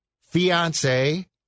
fiance